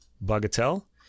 bagatelle